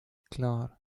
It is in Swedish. klar